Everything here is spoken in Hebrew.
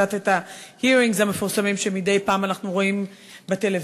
קצת את ה-hearings המפורסמים שמדי פעם אנחנו רואים בטלוויזיה,